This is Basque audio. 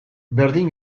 berdin